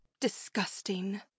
Disgusting